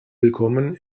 willkommen